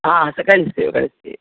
ಹಾಂ ಸಹ ಕಳಿಸ್ತೇವೆ ಕಳಿಸ್ತೇವೆ